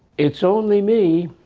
it's only me.